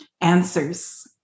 answers